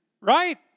Right